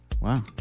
Wow